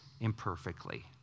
imperfectly